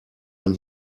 man